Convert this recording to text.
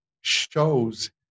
shows